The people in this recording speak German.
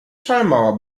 schallmauer